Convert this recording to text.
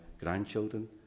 grandchildren